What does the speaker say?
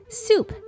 soup